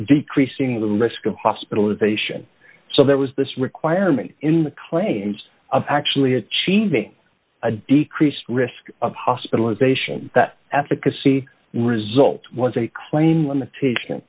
decreasing the risk of hospitalization so there was this requirement in the claims of actually achieving a decreased risk of hospitalization that advocacy result was a claim limitation